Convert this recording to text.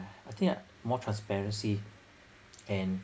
I think I~ more transparency and